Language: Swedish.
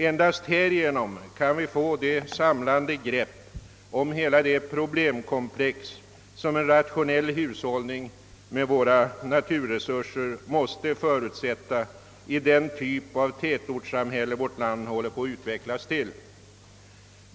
Endast härigenom kan vi få det samlande grepp om hela det problemkomplex som en rationell hushållning med naturresurserna måste förutsätta i den typ av tätortssamhälle vårt land håller på att utvecklas till.